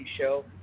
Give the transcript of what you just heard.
Show